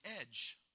edge